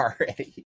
already